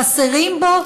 חסרים בו